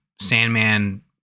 Sandman